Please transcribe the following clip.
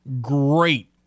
great